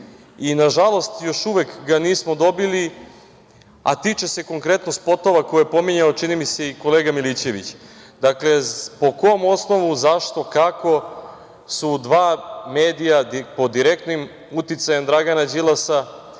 Nažalost, još uvek ga nismo dobili, a tiče se konkretno spotova koje je pominjao, čini mi se, i kolega Milićević. Dakle, po kom osnovu, zašto, kako su dva medija pod direktnim uticajem Dragana Đilasa